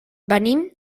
venim